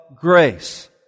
grace